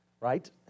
Right